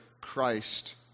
Christ